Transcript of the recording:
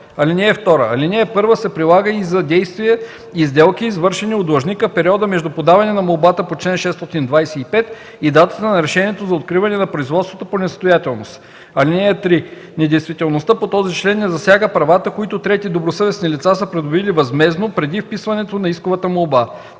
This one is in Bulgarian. срок. (2) Алинея 1 се прилага и за действия и сделки, извършени от длъжника в периода между подаване на молбата по чл. 625 и датата на решението за откриване на производството по несъстоятелност. (3) Недействителността по този член не засяга правата, които трети добросъвестни лица са придобили възмездно преди вписването на исковата молба.